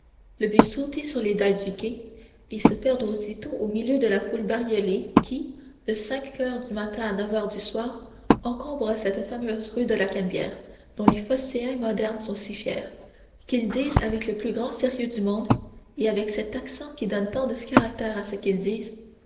le vit sauter sur les dalles du quai et se perdre aussitôt au milieu de la foule bariolée qui de cinq heures du matin à neuf heures du soir encombre cette fameuse rue de la canebière dont les phocéens modernes sont si fiers qu'ils disent avec le plus grand sérieux du monde et avec cet accent qui donne tant de caractère à ce qu'ils disent